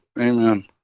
Amen